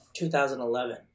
2011